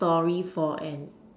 story for an